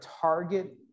target